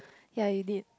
ya you did